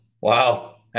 wow